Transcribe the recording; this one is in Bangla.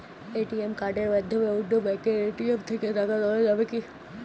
এ.টি.এম কার্ডের মাধ্যমে অন্য ব্যাঙ্কের এ.টি.এম থেকে টাকা তোলা যাবে কি?